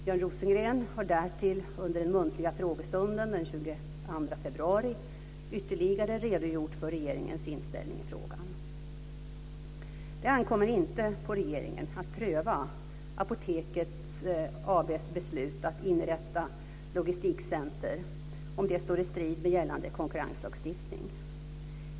Björn Rosengren har därtill under den muntliga frågestunden den 22 februari ytterligare redogjort för regeringens inställning i frågan. Det ankommer inte på regeringen att pröva om Apoteket AB:s beslut att inrätta logistikcenter står i strid med gällande konkurrenlagstiftning.